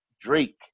Drake